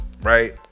right